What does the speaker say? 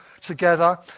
together